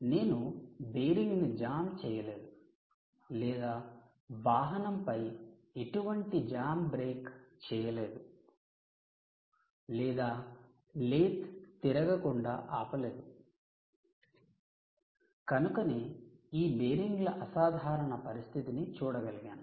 నేను బేరింగ్ను జామ్ చేయలేదు లేదా వాహనంపై ఎటువంటి జామ్ బ్రేక్ చేయలేదు లేదా లేత్ తిరగకుండా ఆపలేదు కనుకనే ఈ బేరింగ్ల అసాధారణ పరిస్థితిని చూడగలిగాను